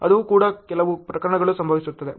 ಅದು ಕೂಡ ಕೆಲವು ಪ್ರಕರಣಗಳು ಸಂಭವಿಸುತ್ತವೆ